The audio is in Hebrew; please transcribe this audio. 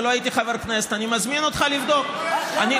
חבר הכנסת לפיד,